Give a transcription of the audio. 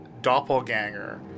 doppelganger